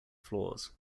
floors